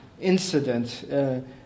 incident